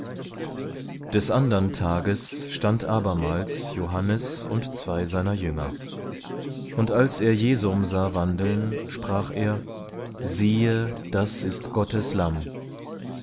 des andern tages stand abermals johannes und zwei seiner jünger und als er jesum sah wandeln sprach er siehe das ist gottes